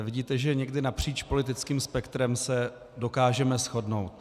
Vidíte, že někdy napříč politickým spektrem se dokážeme shodnout.